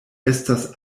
estas